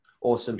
Awesome